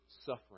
suffering